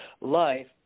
life